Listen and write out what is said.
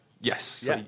Yes